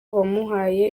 bamuhaye